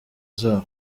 zabo